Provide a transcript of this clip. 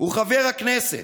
הוא חבר הכנסת.